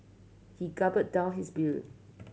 he gulp down his beer